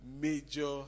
major